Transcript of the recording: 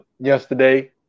yesterday